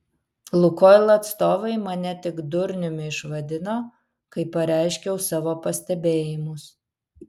lukoil atstovai mane tik durniumi išvadino kai pareiškiau savo pastebėjimus